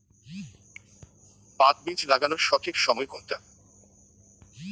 পাট বীজ লাগানোর সঠিক সময় কোনটা?